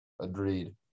Agreed